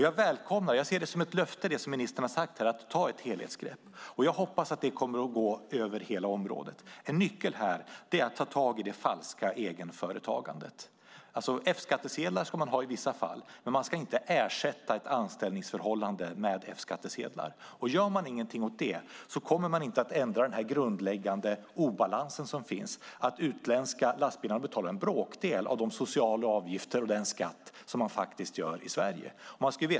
Jag välkomnar och ser det som ministern har sagt här om att ta ett helhetsgrepp som ett löfte, och jag hoppas att det kommer att gripa över hela området. En nyckel här är att ta tag i det falska egenföretagandet. F-skattsedlar ska man ha i vissa fall, men ett anställningsförhållande ska inte ersättas med F-skattsedel. Gör man ingenting åt detta kommer man inte att ändra den grundläggande obalans som finns, att de utländska åkarna betalar en bråkdel av de sociala avgifter och den skatt som de ska betala i Sverige.